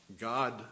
God